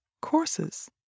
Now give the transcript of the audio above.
courses